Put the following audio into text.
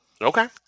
Okay